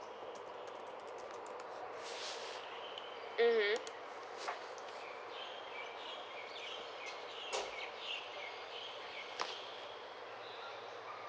mmhmm